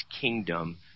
kingdom